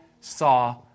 saw